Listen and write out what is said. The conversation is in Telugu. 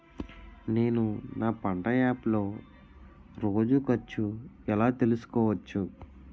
నేను నా పంట యాప్ లో రోజు ఖర్చు ఎలా తెల్సుకోవచ్చు?